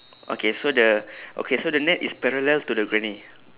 okay so the okay so the net is parallel to the granny